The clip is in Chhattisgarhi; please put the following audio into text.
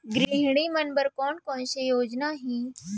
गृहिणी मन बर कोन कोन से योजना हे?